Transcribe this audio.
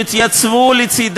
פעם להתעלם מהאמירה המפורשת הזאת של